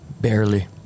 Barely